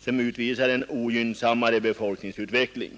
som visar en ännu mer ogynnsam befolkningsutveckling.